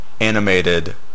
animated